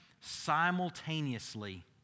simultaneously